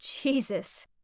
Jesus